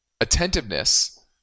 attentiveness